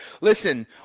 listen